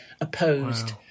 opposed